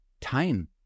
time